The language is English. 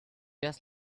just